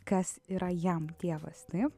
kas yra jam dievas taip